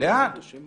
שום